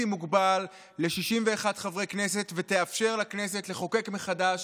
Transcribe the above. מוגבל ל-61 חברי כנסת ותאפשר לכנסת לחוקק מחדש